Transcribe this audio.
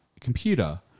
computer